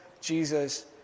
Jesus